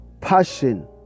passion